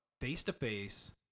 face-to-face